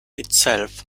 itself